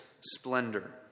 splendor